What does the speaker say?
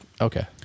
okay